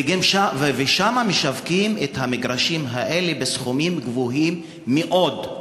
ושם משווקים את המגרשים האלה בסכומים גבוהים מאוד.